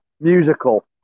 musical